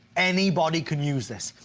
anybody can use this.